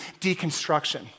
deconstruction